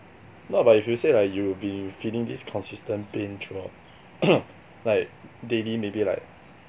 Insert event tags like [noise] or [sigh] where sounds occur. no but if you say like you've been feeling this consistent pain throughout [coughs] like daily maybe like